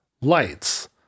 lights